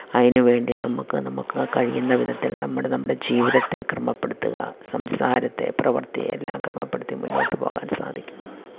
അതിന് വേണ്ടി നമുക്ക് നമുക്കാൽ കഴിയുന്ന വിധത്തിൽ നമ്മൾ നമ്മുടെ ജീവിതത്തെ ക്രമപ്പെടുത്തുക സംസാരത്തെ പ്രവർത്തിയെല്ലാം ക്രമപ്പെടുത്തി മുന്നോട്ടു പോകാൻ സാധിക്കും